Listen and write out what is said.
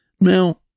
Now